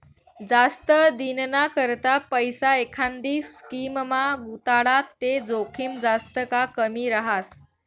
जास्त दिनना करता पैसा एखांदी स्कीममा गुताडात ते जोखीम जास्त का कमी रहास